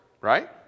right